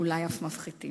ואולי אף מפחיתים.